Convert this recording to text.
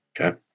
Okay